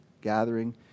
Gathering